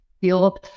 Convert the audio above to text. feel